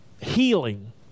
healing